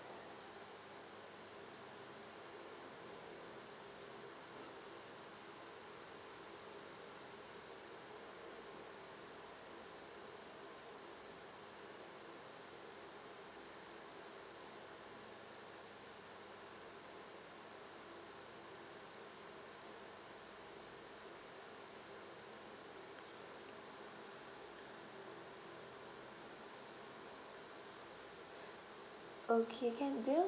okay can do you